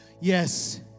yes